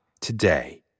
today